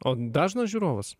o dažnas žiūrovas